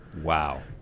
Wow